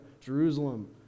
Jerusalem